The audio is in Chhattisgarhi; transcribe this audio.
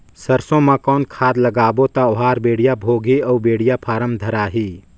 सरसो मा कौन खाद लगाबो ता ओहार बेडिया भोगही अउ बेडिया फारम धारही?